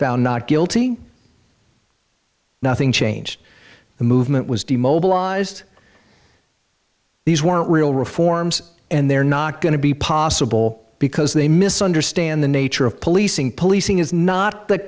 found not guilty nothing changed the movement was demobilized these weren't real reforms and they're not going to be possible because they misunderstand the nature of policing policing is not the